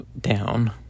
down